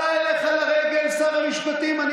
עלה אליך לרגל שר המשפטים הקודם,